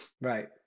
Right